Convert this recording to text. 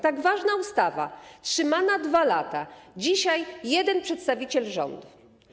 Tak ważna ustawa trzymana 2 lata, a dzisiaj jeden przedstawiciel rządu.